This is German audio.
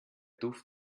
duft